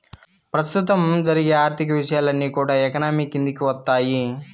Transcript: ప్రస్తుతం జరిగే ఆర్థిక విషయాలన్నీ కూడా ఎకానమీ కిందికి వత్తాయి